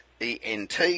Ent